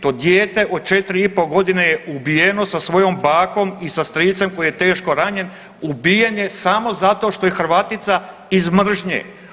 To dijete od 4,5.g. je ubijeno sa svojom bakom i sa stricem koji je teško ranjen, ubijen je samo zato što je Hrvatica iz mržnje.